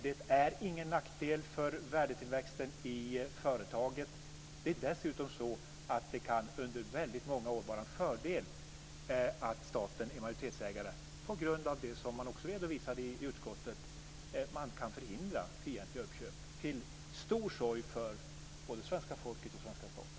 Det är ingen nackdel för värdetillväxten i företaget. Det är dessutom så att det under väldigt många år kan vara en fördel att staten är majoritetsägare på grund av det som man också redovisade i utskottet, nämligen att man kan förhindra fientliga uppköp som skulle vara till stor sorg för svenska folket och svenska staten.